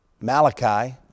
Malachi